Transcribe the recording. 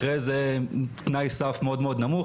אחרי איזה תנאי סף מאוד מאוד נמוך.